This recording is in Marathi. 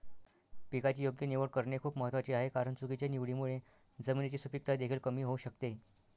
पिकाची योग्य निवड करणे खूप महत्वाचे आहे कारण चुकीच्या निवडीमुळे जमिनीची सुपीकता देखील कमी होऊ शकते